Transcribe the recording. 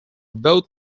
both